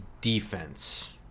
defense